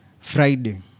Friday